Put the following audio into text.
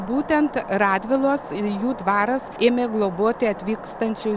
būtent radvilos ir jų dvaras ėmė globoti atvykstančius